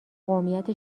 قومیت